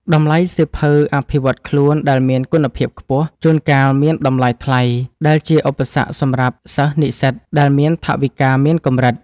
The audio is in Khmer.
តម្លៃសៀវភៅអភិវឌ្ឍខ្លួនដែលមានគុណភាពខ្ពស់ ជួនកាលមានតម្លៃថ្លៃ ដែលជាឧបសគ្គសម្រាប់សិស្សនិស្សិតដែលមានថវិកាមានកម្រិត។